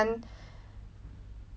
jajangmyeon or